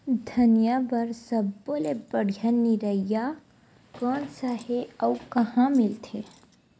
धनिया बर सब्बो ले बढ़िया निरैया कोन सा हे आऊ ओहा कहां मिलथे?